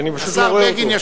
כי אני פשוט לא רואה אותו.